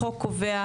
החוק קובע,